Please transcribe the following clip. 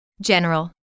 General